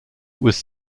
was